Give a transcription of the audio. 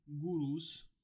gurus